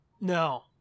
No